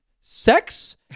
sex